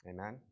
Amen